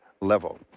level